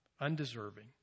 undeserving